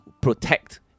protect